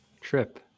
trip